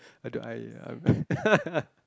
how I do uh